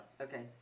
Okay